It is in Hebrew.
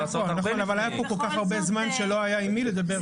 הרבה זמן לא היה עם מי לדבר.